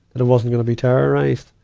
that i wasn't gonna be terrorized.